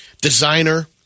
designer